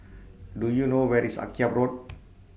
Do YOU know Where IS Akyab Road